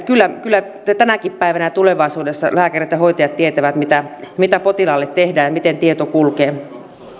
kyllä kyllä tänäkin päivänä ja tulevaisuudessa lääkärit ja hoitajat tietävät mitä mitä potilaalle tehdään ja miten tieto kulkee